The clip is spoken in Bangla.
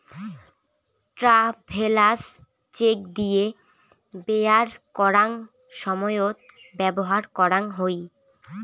ট্রাভেলার্স চেক দিয়ে বেরায় করাঙ সময়ত ব্যবহার করাং হই